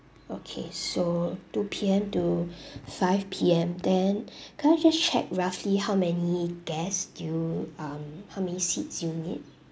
okay so two P_M to five P_M then can I just check roughly how many guest do you um how many seats you need